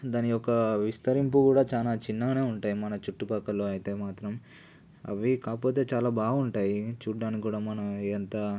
దాని యొక్క విస్తరింపు కూడా చాలా చిన్నగానే ఉంటాయి మన చుట్టుపక్కల అయితే మాత్రం అవి కాకపోతే చాలా బాగుంటాయి చూడటానికి కూడా మనం అంత